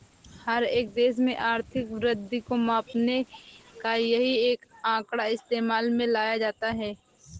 हर एक देश में आर्थिक वृद्धि को मापने का यही एक आंकड़ा इस्तेमाल में लाया जाता है